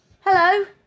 Hello